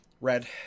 Red